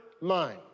mind